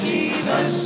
Jesus